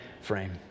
frame